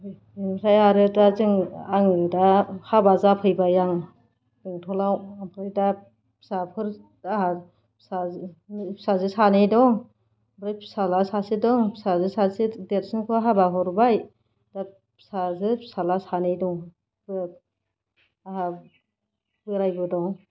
ओमफ्राय आरो दा जों आं दा हाबा जाफैबाय आं बेंटलाव ओमफ्राय दा फिसाफोर आंहा फिसाजो सानै दं ओमफ्राय फिसाज्ला सासे दं फिसाजो सासे देरसिनखौ हाबा हरबाय दा फिसाजो फिसाज्ला सानै दं आंहा बोरायबो दं